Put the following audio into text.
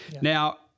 now